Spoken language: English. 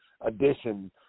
edition